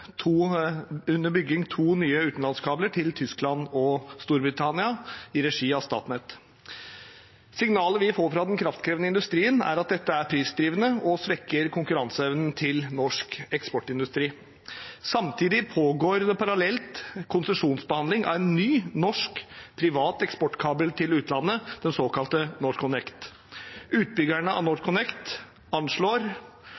to nye utenlandskabler til Tyskland og Storbritannia i regi av Statnett. Signalet vi får fra den kraftkrevende industrien, er at dette er prisdrivende og svekker konkurranseevnen til norsk eksportindustri. Samtidig pågår det konsesjonsbehandling av en ny norsk privat eksportkabel til utlandet, den såkalte NorthConnect. Utbyggerne av